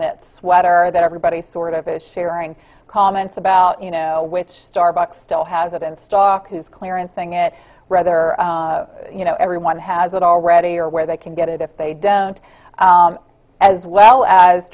mit sweater that everybody sort of is sharing comments about you know which starbucks still has it in stock has clearance thing it rather you know everyone has it already or where they can get it if they don't as well as